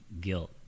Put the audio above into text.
guilt